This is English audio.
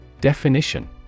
Definition